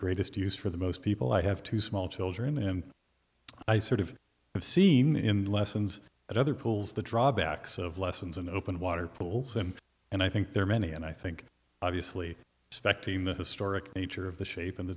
greatest use for the most people i have two small children and i sort of have seen in the lessons at other pools the drawbacks of lessons in open water pools and and i think there are many and i think obviously expecting the historic nature of the shape of the